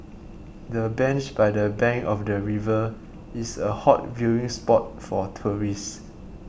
the bench by the bank of the river is a hot viewing spot for tourists